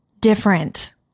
different